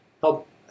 help